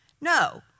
No